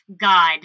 God